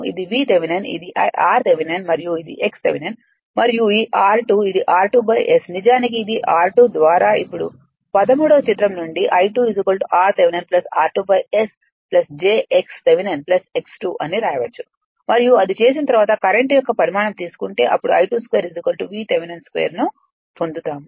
ఇది V Thevenin ఇది r Thevenin మరియు x థెవెనిన్ మరియు ఈ r2ఇది R2' S నిజానికి ఇది r2ద్వారాఇప్పుడు13 వ చిత్రం నుండి I2 r Thevenin r2 S j x Thevenin x 2'అని వ్రాయవచ్చు మరియు అది చేసిన తరువాత కరెంట్ యొక్క పరిమాణం తీసుకుంటే అప్పుడు I22 V థెవెనిన్ 2 ను పొందుతాము